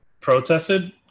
protested